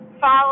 Follow